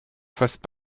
fassent